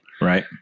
Right